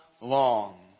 long